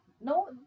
No